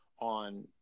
on